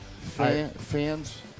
Fans